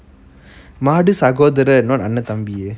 மாடு சகோதரர்:madu sakotharar not அண்ண தம்பி:anna thambi